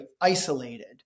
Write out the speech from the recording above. isolated